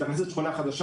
מתאכלסת שכונה חדשה,